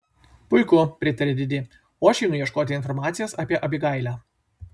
puiku pritarė didi o aš einu ieškoti informacijos apie abigailę